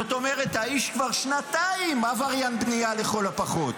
זאת אומרת האיש כבר שנתיים עבריין בנייה לכל הפחות.